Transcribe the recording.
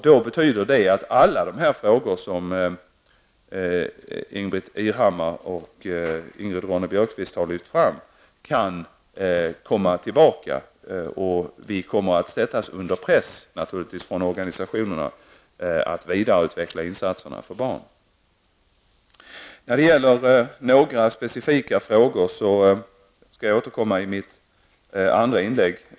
Det betyder att alla de frågor som Ingbritt Irhammar och Ingrid Ronne-Björkqvist har lyft fram kan komma tillbaka. Vi kommer naturligtvis att sättas under press från organisationerna att vidareutveckla insatserna för barn. När det gäller några specifika frågor skall jag återkomma i mitt nästa inlägg.